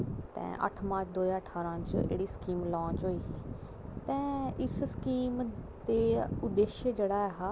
तां अट्ठ मार्च दौ ज्हार ठारां गी एह् स्कीम लांच होई ही तां उस स्कीम दा उद्देश्य जेह्ड़ा हा